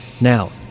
now